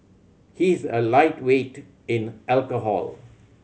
he is a lightweight in alcohol